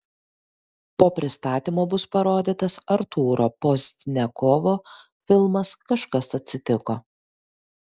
po pristatymo bus parodytas artūro pozdniakovo filmas kažkas atsitiko